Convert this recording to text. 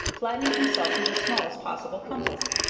flattening himself into the smallest possible compass.